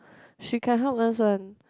she can help us one